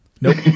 Nope